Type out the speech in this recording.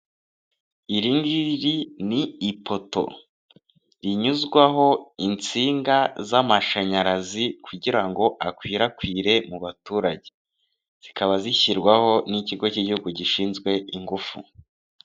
Iri ngiri ni ipoto rinyuzwaho insinga z'amashanyarazi kugira ngo akwirakwire mu baturage, zikaba zishyirwaho n'ikigo cy'igihugu gishinzwe ingufu.